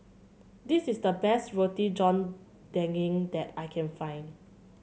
this is the best Roti John Daging that I can find